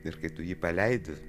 ir kai tu jį paleidi